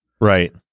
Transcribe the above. Right